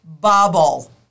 bubble